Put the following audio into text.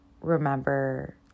remember